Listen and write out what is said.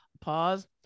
pause